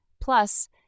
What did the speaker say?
Plus